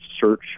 search